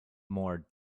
more